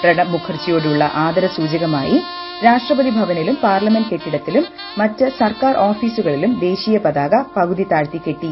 പ്രണബ് മുഖർജിയോടുള്ള ആഭർസൂചകമായി രാഷ്ട്രപതി ഭവനിലും പാർലമെന്റ് കെട്ടിടത്തിലും മറ്റു സർക്കാർ ഓഫീസുകളിലും ദേശീയപതാക പകുതി താഴ്ത്തിക്കെട്ടി